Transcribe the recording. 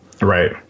Right